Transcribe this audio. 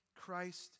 Christ